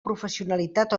professionalitat